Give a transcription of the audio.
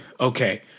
okay